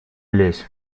лезь